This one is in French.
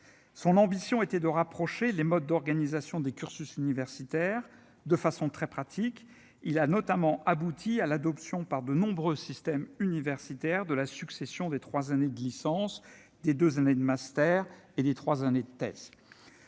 son ambition était de rapprocher les modes d'organisation des cursus universitaires de façon très pratique, il a notamment abouti à l'adoption par de nombreux systèmes universitaires de la succession des 3 années de licence des 2 années de master et les 3 années de Tess,